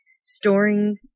storing